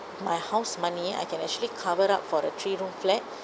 my house money I can actually cover up for a three room flat